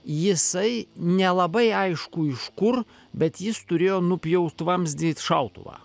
jisai nelabai aišku iš kur bet jis turėjo nupjautvamzdį šautuvą